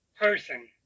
person